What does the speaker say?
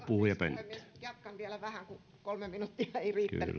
puhemies jatkan vielä vähän kun kolme minuuttia ei riittänyt